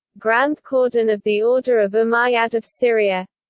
grand cordon of the order of umayyad of syria